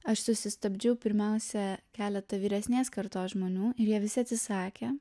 aš susistabdžiau pirmiausia keletą vyresnės kartos žmonių ir jie visi atsisakė